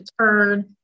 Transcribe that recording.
turn